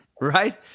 Right